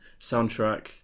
soundtrack